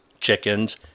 chickens